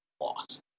lost